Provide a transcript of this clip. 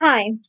Hi